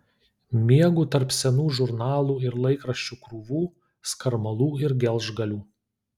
miegu tarp senų žurnalų ir laikraščių krūvų skarmalų ir gelžgalių